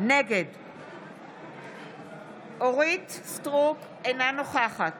בעד אורית מלכה סטרוק, אינה נוכחת